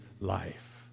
life